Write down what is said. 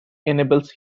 enables